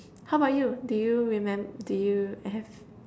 how about you do you remem~ do you have